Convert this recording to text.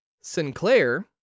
Sinclair